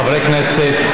חברי הכנסת.